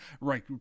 right